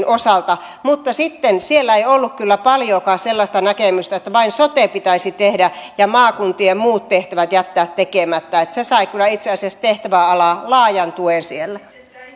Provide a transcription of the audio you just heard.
osalta mutta sitten siellä ei ollut kyllä paljoakaan sellaista näkemystä että vain sote pitäisi tehdä ja maakuntien muut tehtävät jättää tekemättä niin että se tehtäväala sai kyllä itse asiassa laajan tuen siellä